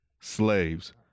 slaves